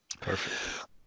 Perfect